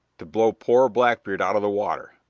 to blow poor blackbeard out of the water.